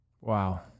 Wow